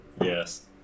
yes